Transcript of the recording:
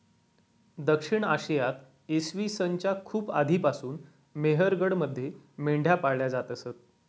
दक्षिण आशियात इसवी सन च्या खूप आधीपासून मेहरगडमध्ये मेंढ्या पाळल्या जात असत